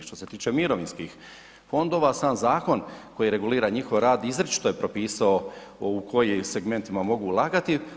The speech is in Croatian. Što se tiče mirovinskih fondova sam zakon koji regulira njihov rad izričito je propisao u kojim segmentima mogu ulagati.